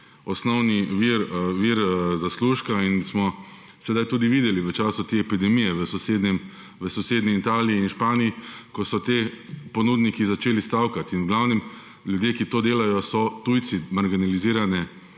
osnovni vir zaslužka in smo sedaj tudi videli v času te epidemije v sosednji Italiji in Španiji, ko so ti ponudniki začeli stavkati in v glavnem ljudje, ki to delajo, so tujci marginalizirane